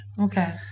Okay